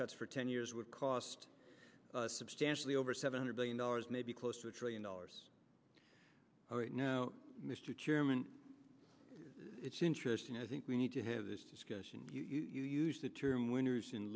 cuts for ten years would cost substantially over seven hundred billion dollars maybe closer trillion dollars all right now mr chairman it's interesting i think we need to have this discussion you used the term winners